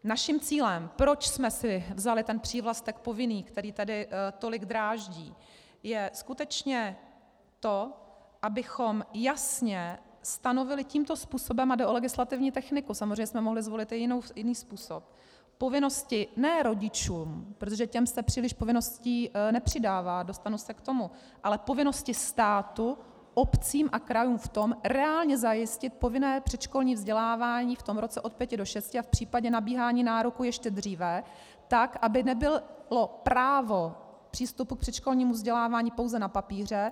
Naším cílem, proč jsme si vzali přívlastek povinný, který tady tolik dráždí, je skutečně to, abychom jasně stanovili tímto způsobem, a jde o legislativní techniku, samozřejmě jsme mohli zvolit i jiný způsob, povinnosti ne rodičům, protože těm se příliš povinností nepřidává, dostanu se k tomu, ale povinnosti státu, obcím a krajům v tom reálně zajistit povinné předškolní vzdělávání v tom roce od pěti do šesti a v případě nabíhání nároku ještě dříve tak, aby nebylo právo přístupu k předškolnímu vzdělávání pouze na papíře.